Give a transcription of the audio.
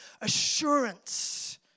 assurance